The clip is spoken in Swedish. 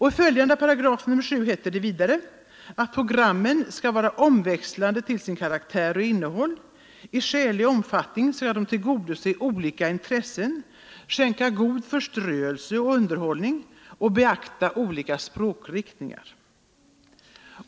I följande paragraf, § 7, heter det vidare att programmen skall vara omväxlande till karaktär och innehåll, i skälig omfattning tillgodose olika intressen, skänka god förströelse och underhållning med beaktande av olika smakriktningar.